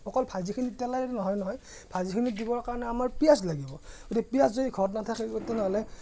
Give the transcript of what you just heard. অকল ভাজিখিনি তেতিয়াহ'লে নহয় নহয় ভাজিখিনিত দিবৰ কাৰণে আমাৰ পিয়াঁজ লাগিব গতিকে পিয়াঁজ যদি ঘৰত নাথাকে তেনেহ'লে